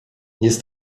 jest